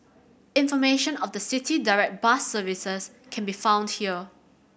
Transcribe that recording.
information of the City Direct bus services can be found here